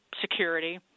security